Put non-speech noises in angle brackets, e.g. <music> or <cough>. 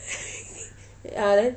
<noise> ya then